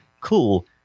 cool